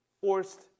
forced